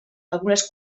algunes